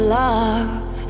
love